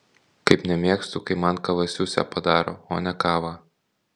kaip nemėgstu kai man kavasiusę padaro o ne kavą